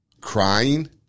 crying